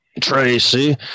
Tracy